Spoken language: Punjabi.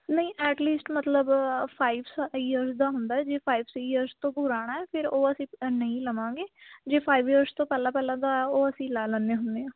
ਨਹੀਂ ਐਟ ਲੀਸਟ ਮਤਲਬ ਫਾਈਵ ਈਅਰ ਦਾ ਹੁੰਦਾ ਜੇ ਫਾਈਵ ਈਅਰਸ ਤੋਂ ਪੁਰਾਣਾ ਫਿਰ ਉਹ ਅਸੀਂ ਨਹੀਂ ਲਵਾਂਗੇ ਜੇ ਫਾਈਵ ਈਅਰਸ ਤੋਂ ਪਹਿਲਾਂ ਪਹਿਲਾਂ ਦਾ ਉਹ ਅਸੀਂ ਲੈ ਲੈਂਦੇ ਹੁੰਦੇ ਹਾਂ